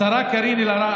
השרה קארין אלהרר,